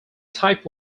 type